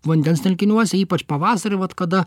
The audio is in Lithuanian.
vandens telkiniuose ypač pavasarį vat kada